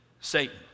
Satan